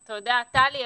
טלי, הנקודה ברורה.